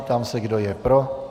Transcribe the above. Ptám se, kdo je pro.